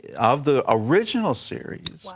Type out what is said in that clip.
of the original series,